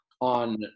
on